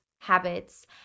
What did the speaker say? habits